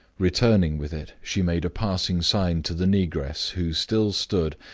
returning with it, she made a passing sign to the negress, who still stood,